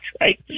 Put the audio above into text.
right